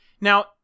now